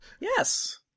yes